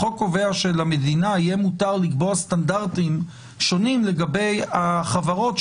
החוק קובע שלמדינה יהיה מותר לקבוע סטנדרטים שונים לגבי החברות,